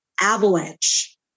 avalanche